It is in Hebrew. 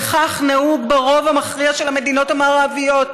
וכך נהוג ברוב המכריע של המדינות המערביות.